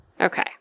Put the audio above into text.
Okay